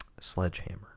Sledgehammer